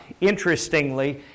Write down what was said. interestingly